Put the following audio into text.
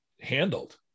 handled